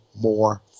more